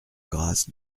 grâce